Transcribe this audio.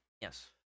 Yes